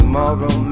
Tomorrow